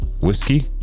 whiskey